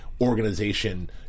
organization